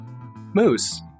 Moose